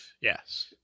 Yes